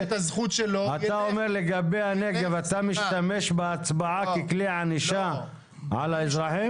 אתה אומר שלגבי הנגב אתה משתמש בהצבעה ככלי ענישה על האזרחים?